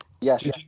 yes